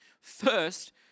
First